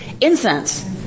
Incense